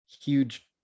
huge